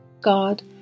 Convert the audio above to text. God